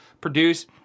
produce